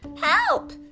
Help